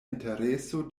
intereso